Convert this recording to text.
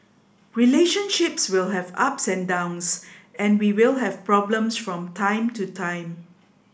relationships will have ups and downs and we will have problems from time to time